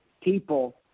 people